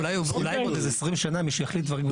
אולי עוד איזה 20 מי שיחליט דברים.